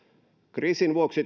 kriisin vuoksi